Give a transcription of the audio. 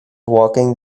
walking